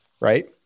right